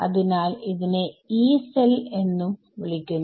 അതിനാൽ ഇതിനെ Yee cell എന്നും വിളിക്കുന്നു